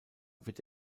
wird